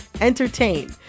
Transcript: entertain